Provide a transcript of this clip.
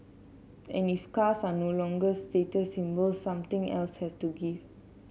and if cars are no longer status symbols something else has to give